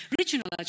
regional